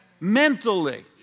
mentally